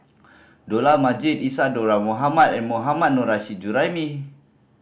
Dollah Majid Isadhora Mohamed and Mohammad Nurrasyid Juraimi